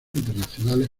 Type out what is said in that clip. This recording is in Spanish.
internacionales